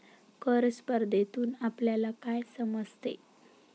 कर स्पर्धेतून आपल्याला काय समजते?